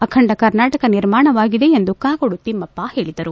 ಅಖಂಡ ಕರ್ನಾಟಕ ನಿರ್ಮಾಣವಾಗಿದೆ ಎಂದು ಕಾಗೋಡು ತಿಮ್ನಪ್ಪ ಹೇಳಿದರು